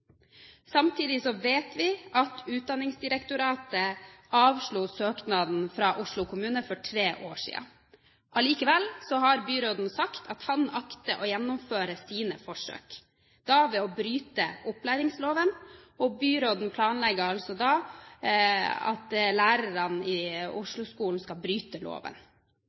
Samtidig vet vi at Utdanningsdirektoratet avslo søknaden fra Oslo kommune for tre år siden. Allikevel har byråden sagt at han akter å gjennomføre sine forsøk, da ved å bryte opplæringsloven. Byråden planlegger altså at lærerne i Oslo-skolen skal bryte loven.